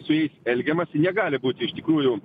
su jais elgiamasi negali būti iš tikrųjų